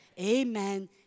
Amen